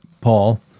Paul